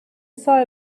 saw